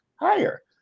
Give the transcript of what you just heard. higher